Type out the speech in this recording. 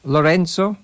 Lorenzo